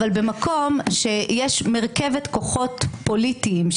אבל במקום שבו יש מרכבת כוחות פוליטיים,